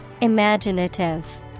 Imaginative